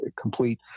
complete